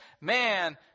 man